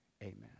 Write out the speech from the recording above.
Amen